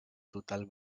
total